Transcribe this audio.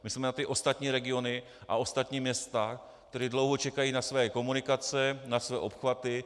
Mysleme na ostatní regiony a ostatní města, která dlouho čekají na své komunikace, na své obchvaty.